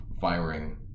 firing